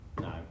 No